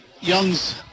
Young's